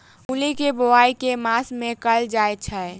मूली केँ बोआई केँ मास मे कैल जाएँ छैय?